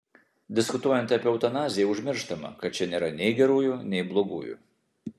diskutuojant apie eutanaziją užmirštama kad čia nėra nei gerųjų nei blogųjų